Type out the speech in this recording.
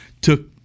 took